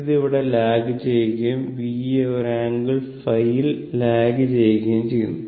ഇത് ഇവിടെ ലാഗ് ചെയ്യുകയും V യെ ഒരു ആംഗിൾ ϕ ൽ ലാഗ് ചെയ്യുകയും ചെയ്യുന്നു